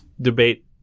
debate